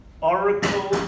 Oracle